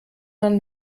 man